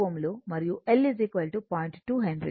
2 henry